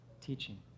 teaching